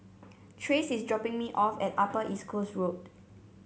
Trace is dropping me off at Upper East Coast Road